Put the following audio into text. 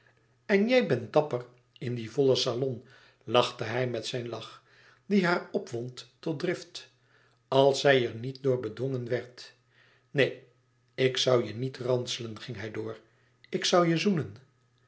en jij bent dapper in dien vollen salon lachte hij met zijn lach die haar opwond tot drift als zij er niet door bedwongen werd neen ik zoû je niet ranselen ging hij door ik zoû je zoenen